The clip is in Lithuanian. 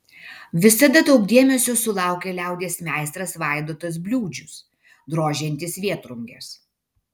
visada daug dėmesio sulaukia liaudies meistras vaidotas bliūdžius drožiantis vėtrunges